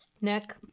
Nick